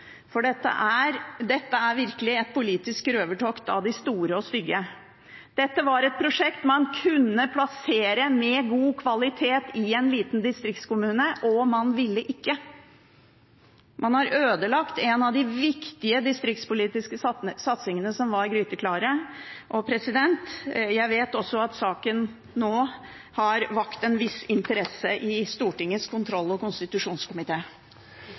Dette er virkelig et politisk røvertokt av de store og stygge. Dette var et prosjekt av god kvalitet man kunne plassere i en liten distriktskommune, men man ville ikke. Man har ødelagt en av de viktige distriktspolitiske satsingene som var gryteklare. Jeg vet også at saken nå har vakt en viss interesse i Stortingets kontroll- og